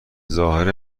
ظاهر